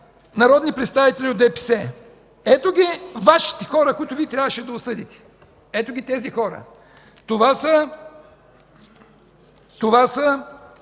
народни представители от ДПС, ето ги Вашите хора, които Вие трябваше да осъдите. Ето ги тези хора! (Показва листи.) Това е